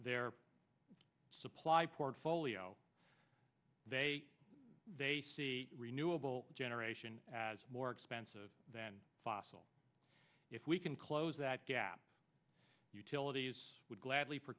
their supply portfolio they they see renewable generation as more expensive than fossil if we can close that gap utilities would gladly